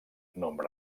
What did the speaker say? nombre